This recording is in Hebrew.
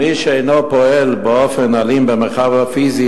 מי שאינו פועל באופן אלים במרחב הפיזי